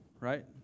right